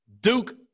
Duke